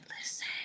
listen